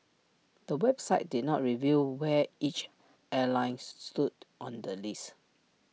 the website did not reveal where each airline stood on the list